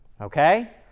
okay